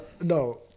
No